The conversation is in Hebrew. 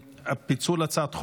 פיצול הצעת חוק.